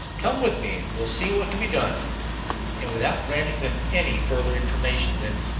come with me and we'll see what can be done. and without granting them any further information then,